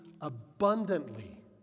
abundantly